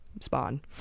spawn